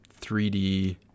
3D